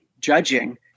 judging